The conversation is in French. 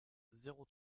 zéro